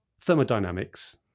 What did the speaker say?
thermodynamics